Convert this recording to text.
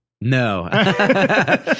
No